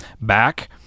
back